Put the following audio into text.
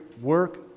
work